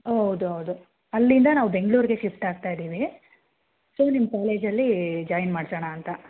ಓಹ್ ಹೌದು ಹೌದು ಅಲ್ಲಿಂದ ನಾವು ಬೆಂಗ್ಳೂರಿಗೆ ಶಿಫ್ಟ್ ಆಗ್ತಾಯಿದ್ದೀವಿ ಸೊ ನಿಮ್ಮ ಕಾಲೇಜಲ್ಲಿ ಜಾಯಿನ್ ಮಾಡ್ಸೋಣ ಅಂತ